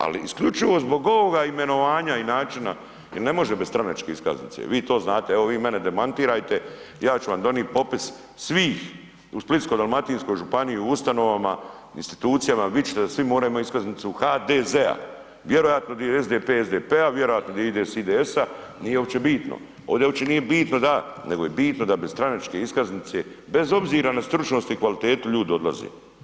Ali isključivo zbog ovoga imenovanja i načina jel ne može bez stranačke iskaznice, vi to znate, evo mi mene demantirajte, ja ću vam donit popis svih u Splitsko-dalmatinskoj županiji u ustanovama, institucijama vidit ćete da svi moraju imati iskaznicu HDZ-a, vjerojatno gdje je SDP, SDP-a, vjerojatno gdje je IDS, IDS-a nije uopće bitno, ovdje uopće nije bitno … nego je bitno da bez stranačke iskaznice, bez obzira na stručnost i kvalitetu ljudi odlaze.